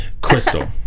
Crystal